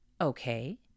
Okay